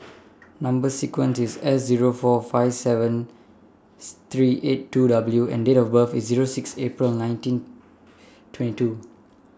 Number sequence IS S Zero four five seven three eight two W and Date of birth IS Zero six April nineteen twenty two